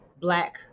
Black